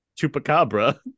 Chupacabra